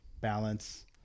balance